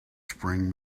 spring